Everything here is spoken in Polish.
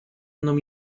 mną